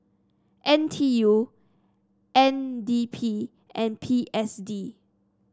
N T U N D P and P S D